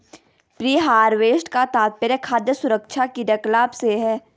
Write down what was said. pre harvest का तात्पर्य खाद्य सुरक्षा क्रियाकलाप से है